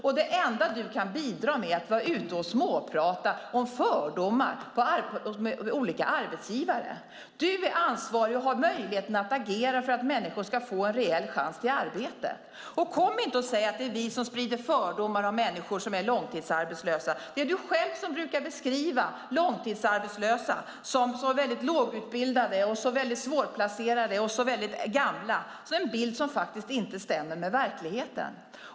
Men det enda du kan bidra med är att vara ute och småprata om fördomar med olika arbetsgivare. Du är ansvarig och har möjlighet att agera för att människor ska få en reell chans till arbete. Kom inte och säg att vi sprider fördomar om människor som är långtidsarbetslösa, Hillevi Engström! Det är du själv som brukar beskriva långtidsarbetslösa som lågutbildade, svårplacerade och gamla. Det är en bild som inte stämmer med verkligheten.